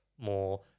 more